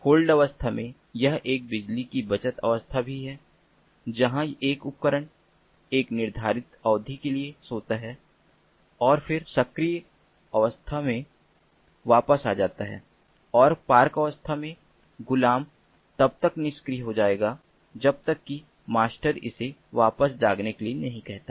hold अवस्था मे यह एक बिजली की बचत अवस्था भी है जहां एक उपकरण एक निर्धारित अवधि के लिए सोता है और फिर सक्रिय अवस्था में वापस आ जाता है और पार्क अवस्था में गुलाम तब तक निष्क्रिय हो जाएगा जब तक कि मास्टर इसे वापस जागने के लिए नहीं कहता